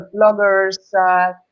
bloggers